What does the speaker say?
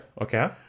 okay